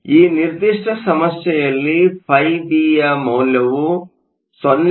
ಈ ನಿರ್ದಿಷ್ಟ ಸಮಸ್ಯೆಯಲ್ಲಿ φBಯ ಮೌಲ್ಯವು 0